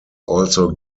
also